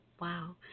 Wow